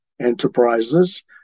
Enterprises